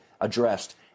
addressed